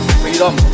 freedom